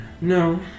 No